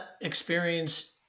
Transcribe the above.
experience